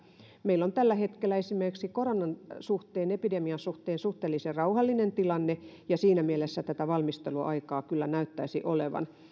meillä on tällä hetkellä esimerkiksi koronan suhteen epidemian suhteen suhteellisen rauhallinen tilanne ja siinä mielessä tätä valmisteluaikaa kyllä näyttäisi olevan